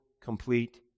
complete